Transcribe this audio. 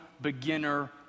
beginner